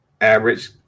average